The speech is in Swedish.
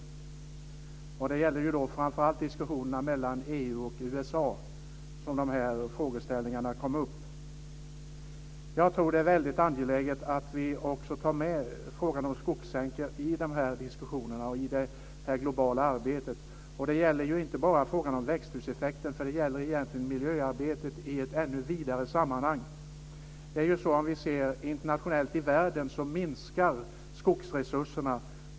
De här frågeställningarna kom framför allt upp i samband med diskussionerna mellan EU Jag tror att det är mycket angeläget att vi också tar med frågan om skogssänkor i de här diskussionerna och i det globala arbetet. Det gäller ju inte bara frågan om växthuseffekten, det gäller egentligen miljöarbetet i ett ännu vidare sammanhang. Internationellt sett minskar skogsresurserna.